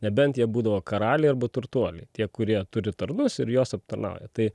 nebent jie būdavo karaliai arba turtuoliai tie kurie turi tarnus ir juos aptarnauja tai